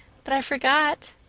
but i forgot.